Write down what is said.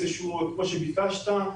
כמו שביקשת,